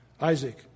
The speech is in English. Isaac